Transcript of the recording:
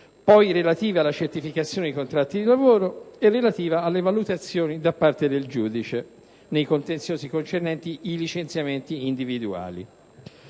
di lavoro, alla certificazione dei contratti di lavoro e alle valutazioni da parte del giudice nei contenziosi concernenti i licenziamenti individuali.